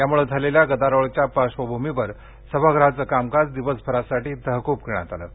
यामुळे झालेल्या गदारोळाच्या पार्श्वभूमीवर सभागृहाचं कामकाज दिवसभरासाठी तहक्रव करण्यात आलं